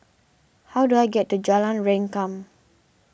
how do I get to Jalan Rengkam